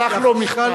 שלח לו מכתב,